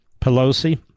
Pelosi